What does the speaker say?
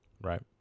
right